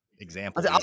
Example